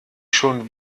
schon